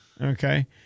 Okay